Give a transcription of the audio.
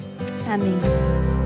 Amen